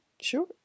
sure